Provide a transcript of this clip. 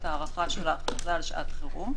את ההארכה של ההכרזה על שעת חירום.